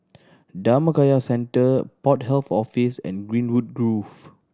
Dhammakaya Centre Port Health Office and Greenwood Grove